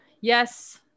Yes